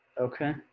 Okay